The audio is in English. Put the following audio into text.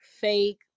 fake